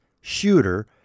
shooter